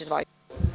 Izvolite.